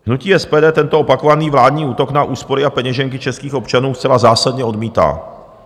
Hnutí SPD tento opakovaný vládní útok na úspory a peněženky českých občanů zcela zásadně odmítá.